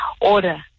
order